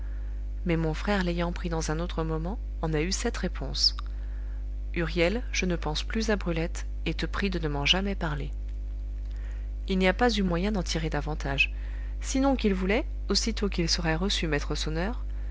mais mon frère l'ayant pris dans un autre moment en a eu cette réponse huriel je ne pense plus à brulette et te prie de ne m'en jamais parler il n'y a pas eu moyen d'en tirer davantage sinon qu'il voulait aussitôt qu'il serait reçu maître sonneur